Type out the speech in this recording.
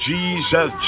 Jesus